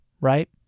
right